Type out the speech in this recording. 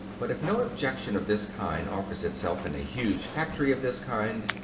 but if no objection of this kind offers itself in a huge factory of this kind,